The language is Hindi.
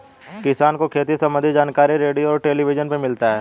किसान को खेती सम्बन्धी जानकारी रेडियो और टेलीविज़न पर मिलता है